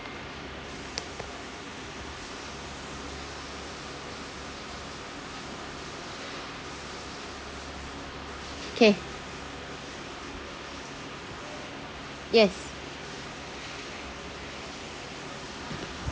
okay yes